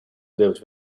lived